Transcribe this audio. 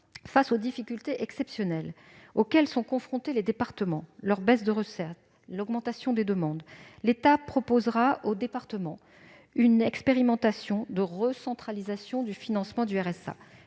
face aux difficultés exceptionnelles auxquelles sont confrontés les départements, leur baisse de recettes et l'augmentation des demandes, l'État leur proposera une expérimentation de recentralisation du financement du RSA.